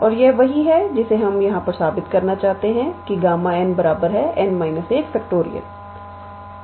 और यह वही है जिसे हमें यह साबित करना चाहते हैं कि Γ